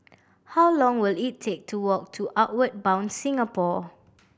how long will it take to walk to Outward Bound Singapore